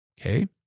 okay